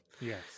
Yes